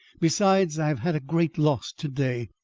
besides, i have had a great loss to-day.